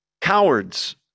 Cowards